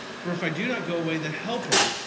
for if i do not go away, the helper,